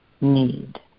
need